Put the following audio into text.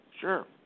Sure